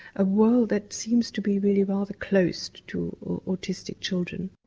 a world that seems to be really rather closed to autistic children.